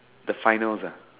the finals ah